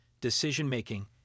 decision-making